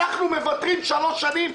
אנחנו מוותרים שלוש שנים.